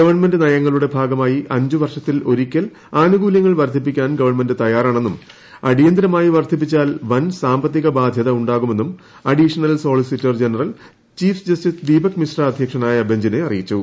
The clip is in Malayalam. ഗവൺമെന്റ് ന്യങ്ങളുടെ ഭാഗമായി അഞ്ചുവർഷത്തിൽ ഒരിക്കൽ ആനു്കൂലൃങ്ങൾ വർദ്ധിപ്പിക്കാൻ ഗവൺമെന്റ് തയ്യാറാണെന്നും ്രൂഢ്ടിയന്തിരമായി വർദ്ധിപ്പിച്ചാൽ വൻ സാമ്പത്തിക ബാധ്യത ഉണ്ട്രാക്യ്മെന്നും additional solicitor general chief justice Deepak Mishra അധ്യക്ഷനായ ബഞ്ചിനെ അറിയിച്ചു